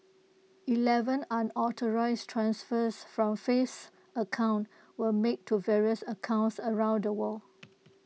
Eleven unauthorised transfers from Faith's account were made to various accounts around the world